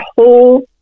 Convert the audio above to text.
whole